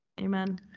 Amen